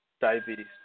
diabetes